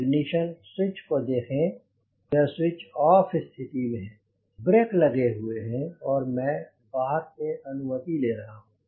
ignition switch को देखें यह स्विच ऑफ स्थिति में है ब्रेक लगे हुए हैं और मैं बाहर से अनुमति ले रहा हूँ